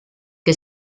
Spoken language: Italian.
che